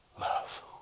love